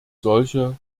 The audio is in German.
solche